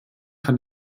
kann